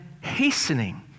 hastening